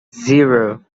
zero